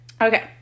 Okay